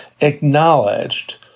acknowledged